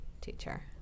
teacher